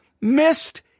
missed